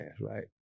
Right